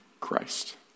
Christ